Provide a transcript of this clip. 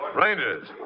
Rangers